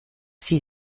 sie